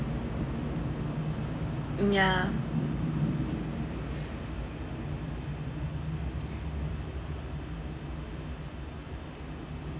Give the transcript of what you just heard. um yeah